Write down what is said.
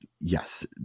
yes